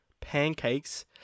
pancakes